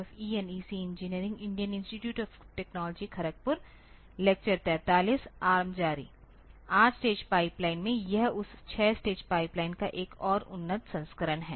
8 stage pipeline में यह उस 6 स्टेज पाइपलाइन का एक और उन्नत संस्करण है